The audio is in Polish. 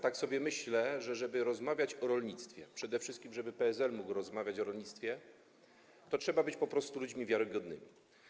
Tak sobie myślę, że żeby rozmawiać o rolnictwie, przede wszystkim, żeby PSL mógł rozmawiać o rolnictwie, to trzeba być po prostu ludźmi wiarygodnymi.